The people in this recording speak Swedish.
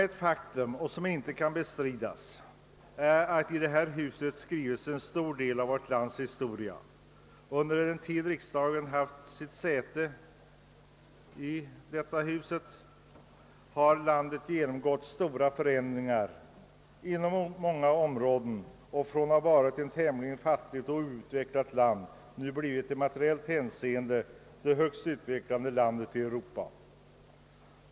Ett faktum, som inte kan bestridas, är att en stor del av vårt lands historia har skrivits i detta hus. Under den tid riksdagen haft sitt säte här har Sverige genomgått stora förändringar inom många områden och har, från att ha varit ett tämligen fattigt och outvecklat land, nu blivit det i materiellt hänseende högst utvecklade landet i Europa.